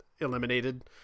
eliminated